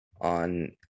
on